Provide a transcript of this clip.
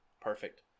Perfect